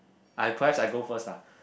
I perhaps I go first ah